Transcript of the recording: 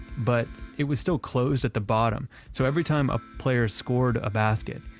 but it was still closed at the bottom, so every time a player scored a basket,